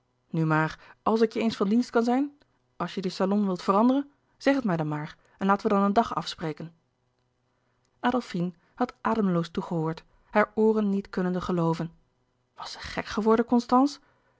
nu maar a l s ik je eens van dienst kan zijn als je dien salon wilt veranderen zeg het mij dan maar en laten we dan een dag afspreken adolfine had ademloos toegehoord louis couperus de boeken der kleine zielen hare ooren niet kunnende gelooven was ze gek geworden constance